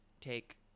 take